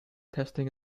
testing